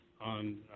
on